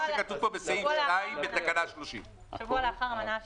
מה שכתוב פה בסעיף 2 בתקנה 30. שבוע לאחר המנה השנייה.